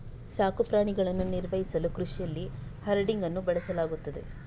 ಸಾಕು ಪ್ರಾಣಿಗಳನ್ನು ನಿರ್ವಹಿಸಲು ಕೃಷಿಯಲ್ಲಿ ಹರ್ಡಿಂಗ್ ಅನ್ನು ಬಳಸಲಾಗುತ್ತದೆ